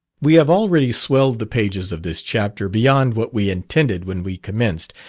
we have already swelled the pages of this chapter beyond what we intended when we commenced,